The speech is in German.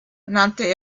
nannte